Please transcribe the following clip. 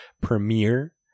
premiere